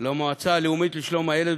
למועצה הלאומית לשלום הילד,